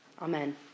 Amen